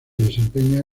desempeña